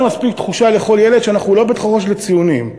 היא לא נתנה מספיק תחושה לכל ילד שאנחנו לא בית-חרושת לציונים,